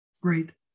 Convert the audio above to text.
Great